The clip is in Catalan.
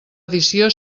edició